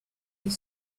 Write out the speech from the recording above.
est